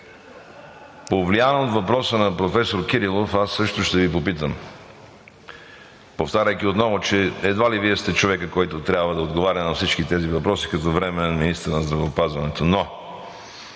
Повлиян от въпроса на професор Кирилов, също ще Ви попитам, повтаряйки отново, че едва ли Вие сте човекът, който трябва да отговаря на всички тези въпроси като временен министър на здравеопазването, но